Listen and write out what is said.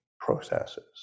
processes